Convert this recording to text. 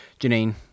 Janine